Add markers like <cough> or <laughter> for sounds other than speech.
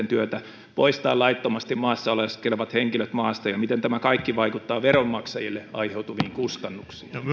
<unintelligible> työtä poistaa laittomasti maassa oleskelevat henkilöt maasta ja miten tämä kaikki vaikuttaa veronmaksajille aiheutuviin kustannuksiin